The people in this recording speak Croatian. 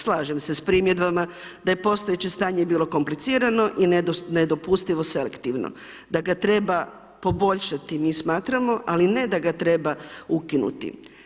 Slažem se s primjedbama da je postojeće stanje bilo komplicirano i nedopustivo selektivno da ga treba poboljšati mi smatramo, ali ne da ga treba ukinuti.